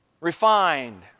refined